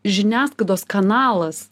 žiniasklaidos kanalas